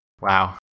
Wow